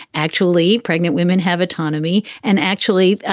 actually pregnant women have autonomy. and actually,